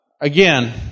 Again